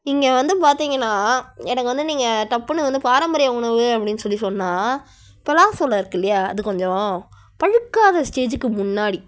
இங்கே வந்து பார்த்திங்ன்னா எனக்கு வந்து நீங்கள் டப்புனு வந்து பாரம்பரிய உணவு அப்படின்னு சொல்லி சொன்னால் பலா சொளை இருக்குது இல்லையா அது கொஞ்சம் பழுக்காத ஸ்டேஜுக்கி முன்னாடி